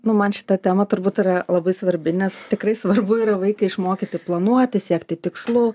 nu man šita tema turbūt yra labai svarbi nes tikrai svarbu yra vaiką išmokyti planuoti siekti tikslų